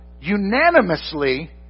unanimously